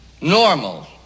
Normal